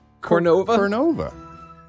cornova